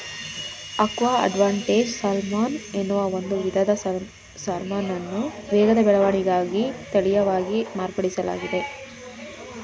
aqua advantage salmon ಎನ್ನುವ ಒಂದು ವಿಧದ ಸಾಲ್ಮನನ್ನು ವೇಗದ ಬೆಳವಣಿಗೆಗಾಗಿ ತಳೀಯವಾಗಿ ಮಾರ್ಪಡಿಸ್ಲಾಗಿದೆ